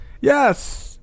Yes